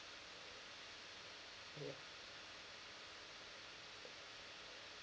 ya